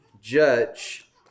judge